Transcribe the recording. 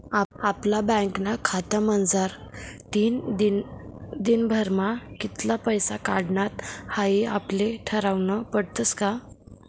आपला बँकना खातामझारतीन दिनभरमा कित्ला पैसा काढानात हाई आपले ठरावनं पडस का